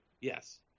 Yes